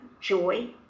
joy